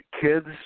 kids